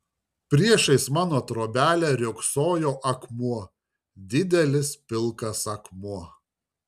priešais mano trobelę riogsojo akmuo didelis pilkas akmuo